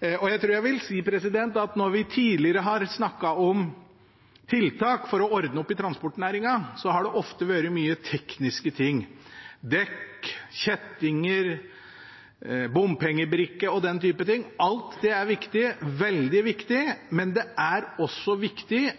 Når vi tidligere har snakket om tiltak for å ordne opp i transportnæringen, har det ofte dreid seg om tekniske ting – dekk, kjettinger, bompengebrikker og den type ting. Alt det er viktig – veldig viktig – men det er også viktig